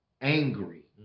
angry